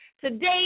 Today